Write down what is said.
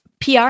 PR